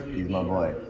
he's my boy.